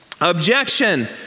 Objection